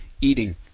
eating